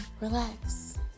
Relax